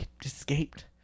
escaped